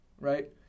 right